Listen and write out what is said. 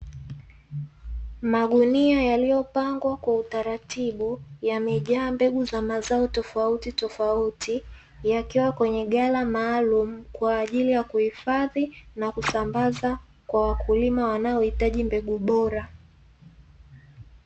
Magunia yaliyopangwa kwa utaratibu yamejaa. mbegu za mazao tofautitofauti yakiwa kwenye ghala maalumj, kwa ajili ya kuhifadhi na kusambaza kwa wakulima wanaohitaji mbegu bora.